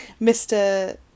Mr